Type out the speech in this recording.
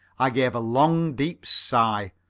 i gave a long, deep sigh.